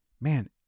man